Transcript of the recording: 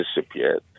disappeared